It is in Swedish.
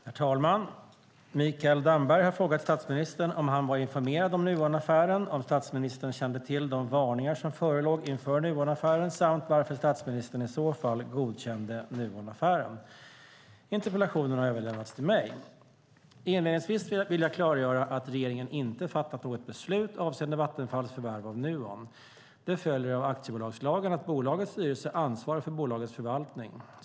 Herr talman! Mikael Damberg har frågat statsministern om han var informerad om Nuonaffären, om statsministern kände till de varningar som förelåg inför Nuonaffären samt varför statsministern i så fall godkände Nuonaffären. Interpellationen har överlämnats till mig. Inledningsvis vill jag klargöra att regeringen inte fattat något beslut avseende Vattenfalls förvärv av Nuon. Det följer av aktiebolagslagen att bolagets styrelse ansvarar för bolagets förvaltning.